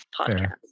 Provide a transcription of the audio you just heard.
podcast